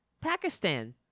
Pakistan